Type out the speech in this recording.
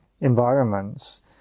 environments